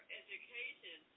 education